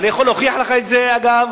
אני יכול להוכיח לך את זה, אגב,